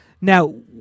Now